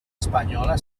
espanyola